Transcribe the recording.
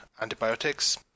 antibiotics